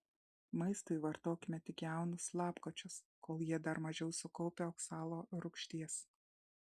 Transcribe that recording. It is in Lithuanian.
maistui vartokime tik jaunus lapkočius kol jie dar mažiau sukaupę oksalo rūgšties